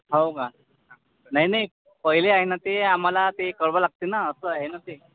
हो का नाही नाही पहिले आहे ना ते आम्हाला ते कळवावं लागते ना असं आहे ना ते